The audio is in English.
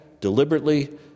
deliberately